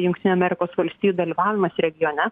jungtinių amerikos valstijų dalyvavimas regione